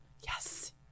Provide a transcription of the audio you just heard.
Yes